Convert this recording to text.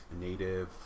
Native